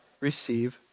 receive